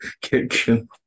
kitchen